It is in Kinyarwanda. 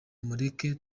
mureke